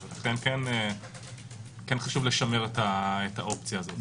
כן חשוב לשמר את האופציה הזאת.